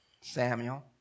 Samuel